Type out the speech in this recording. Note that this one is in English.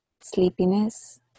sleepiness